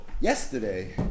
yesterday